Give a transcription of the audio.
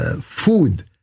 food